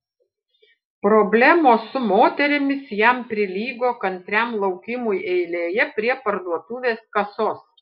problemos su moterimis jam prilygo kantriam laukimui eilėje prie parduotuvės kasos